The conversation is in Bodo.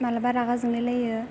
माब्लाबा रागा जोंलायलायो